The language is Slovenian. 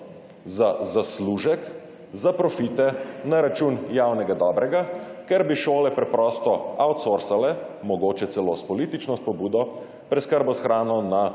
za zaslužek, za profite na račun javnega dobrega, ker bi šole preprosto outsourcale, mogoče celo s politično pobudo, preskrbo s hrano na